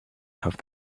have